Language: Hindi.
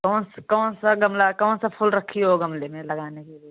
कौन सा कौन सा गमला कौन सा फूल रखी हो गमले में लगाने के लिए